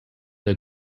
are